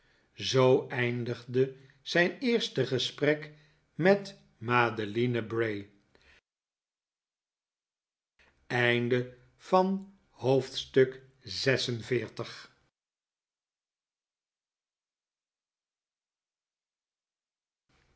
zoo eindigde zijn eerste gesprek met madeline bray